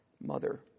mother